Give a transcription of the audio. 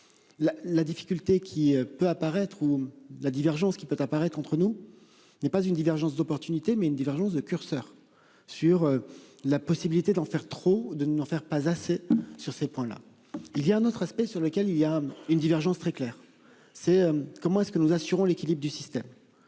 la difficulté qui peut apparaître ou de la divergence qui peut apparaître entre nous n'est pas une divergence d'opportunité mais une divergence de curseur sur. La possibilité d'en faire trop de n'en faire pas assez sur ces points là il y a un autre aspect sur lequel il y a une divergence très clair, c'est comment est-ce que nous assurons l'équilibre du système.